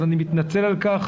אז אני מתנצל על כך.